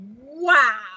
wow